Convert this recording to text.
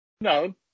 No